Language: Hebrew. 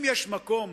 אם יש מקום